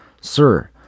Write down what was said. Sir